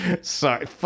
Sorry